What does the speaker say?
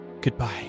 goodbye